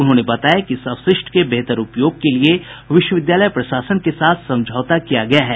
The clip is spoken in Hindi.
उन्होंने बताया कि इस अवशिष्ट के बेहतर उपयोग के लिये विश्वविद्यालय प्रशासन के साथ समझौता किया गया है